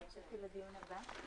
הישיבה ננעלה בשעה